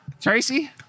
Tracy